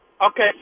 Okay